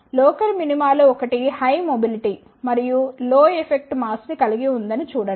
local మినిమాలో ఒకటి high mobility మరియు లో ఎఫెక్టివ్ మాస్ ని కలిగి ఉందని చూడండి